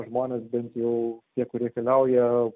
žmonės bent jau tie kurie keliauja